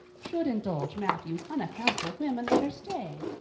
should indulge matthew's unaccountable whim and let her stay?